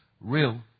real